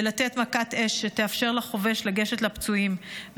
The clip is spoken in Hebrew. לתת מכת אש שתאפשר לחובש לגשת לפצועים,